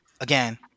again